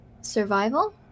Survival